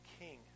king